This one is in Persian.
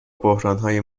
بحرانهای